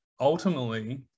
ultimately